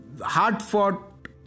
hard-fought